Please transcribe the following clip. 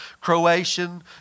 Croatian